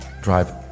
drive